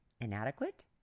inadequate